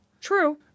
True